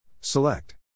Select